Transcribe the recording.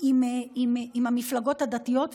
עם המפלגות הדתיות,